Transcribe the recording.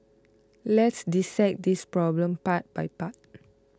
let's dissect this problem part by part